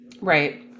Right